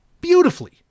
beautifully